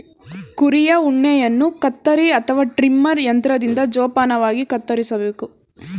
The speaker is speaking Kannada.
ಕುರಿಯ ಉಣ್ಣೆಯನ್ನು ಕತ್ತರಿ ಅಥವಾ ಟ್ರಿಮರ್ ಯಂತ್ರದಿಂದ ಜೋಪಾನವಾಗಿ ಕತ್ತರಿಸಬೇಕು